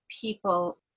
people